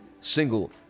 single